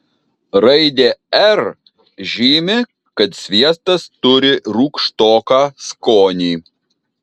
raidė r žymi kad sviestas turi rūgštoką skonį